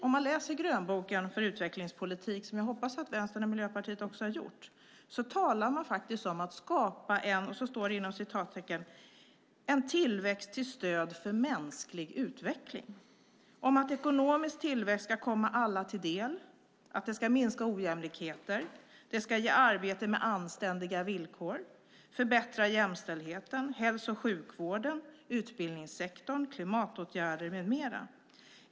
Om man läser grönboken för utvecklingspolitik, vilket jag hoppas att Vänstern och Miljöpartiet har gjort, talas det där om att skapa "en tillväxt till stöd för mänsklig utveckling". Det sägs att ekonomisk tillväxt ska komma alla till del, minska ojämlikheter, ge arbete med anständiga villkor och förbättra jämställdheten. Det handlar även om hälso och sjukvården, utbildningssektorn, klimatåtgärder med mera.